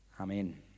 Amen